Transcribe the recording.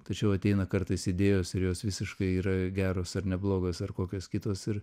tačiau ateina kartais idėjos ir jos visiškai yra geros ar neblogos ar kokios kitos ir